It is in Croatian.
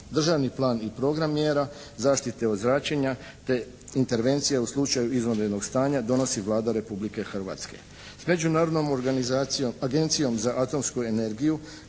Državni plan i program mjera zaštite od zračenja, te intervencije u slučaju izvanrednog stanja donosi Vlada Republike Hrvatske. S Međunarodnom agencijom za atomsku energiju